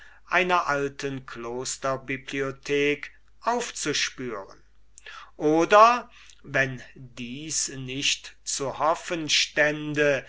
einer alten griechischen klosterbibliothek aufzuspüren oder wenn dies nicht zu hoffen stünde